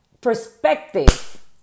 Perspective